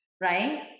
right